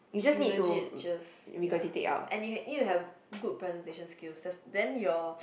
is you legit just ya and you need you need to have good presentation skills that's then your